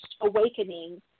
awakening